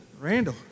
Randall